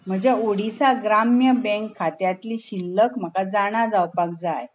म्हज्या ओडिशा ग्राम्य बँक खात्यांतली शिल्लक म्हाका जाणा जावपाक जाय